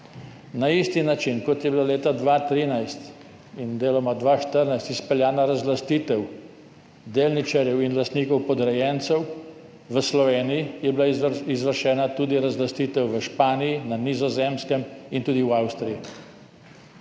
Na isti način, kot je bila leta 2013 in deloma 2014 izpeljana razlastitev delničarjev in lastnikov podrejencev v Sloveniji, je bila izvršena tudi razlastitev v Španiji, na Nizozemskem in tudi v Avstriji.